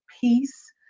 peace